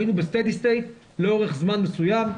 היינו ב-steady state לאורך זמן מסוים,